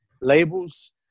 labels